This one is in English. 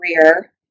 career